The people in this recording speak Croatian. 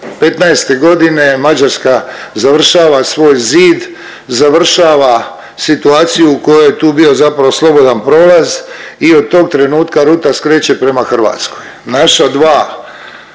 2015.g. Mađarska završava svoj zid, završava situaciju u kojoj je tu bio zapravo slobodan prolaz i od tog trenutka ruta skreće prema Hrvatskoj. Naša dva